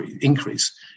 increase